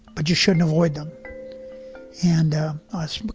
but you shouldn't avoid them and us.